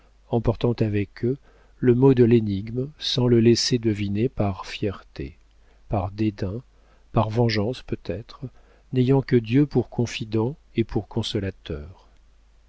emportant avec eux le mot de l'énigme sans le laisser deviner par fierté par dédain par vengeance peut-être n'ayant que dieu pour confident et pour consolateur